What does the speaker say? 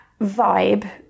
vibe